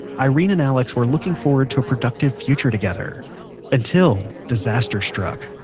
irene and alex were looking forward to a productive future together until, disaster struck